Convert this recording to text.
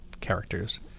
characters